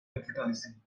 advertising